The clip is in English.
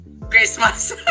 Christmas